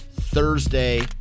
Thursday